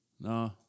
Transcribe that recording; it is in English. No